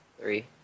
three